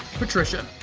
patricia,